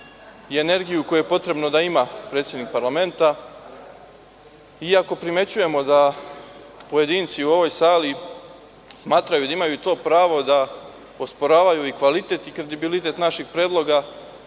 i energiju koju je potrebno da ima predsednik parlamenta iako primećujemo da pojedinci u ovoj sali smatraju da imaju to pravo da osporavaju i kvalitet i kredibilitet naših predloga,